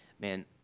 man